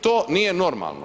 To nije normalno.